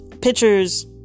Pictures